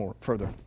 further